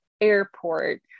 airport